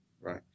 right